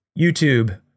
YouTube